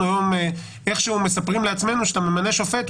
אנחנו היום איכשהו מספרים לעצמנו כשאתה ממנה שופט,